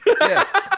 Yes